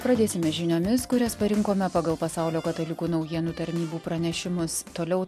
pradėsime žiniomis kurias parinkome pagal pasaulio katalikų naujienų tarnybų pranešimus toliau